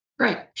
Right